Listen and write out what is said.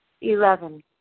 Eleven